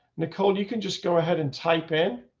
nicole, you can just go ahead and type in